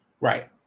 Right